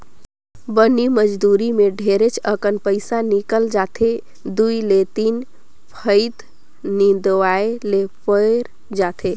बनी मजदुरी मे ढेरेच अकन पइसा निकल जाथे दु ले तीन फंइत निंदवाये ले पर जाथे